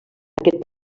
aquest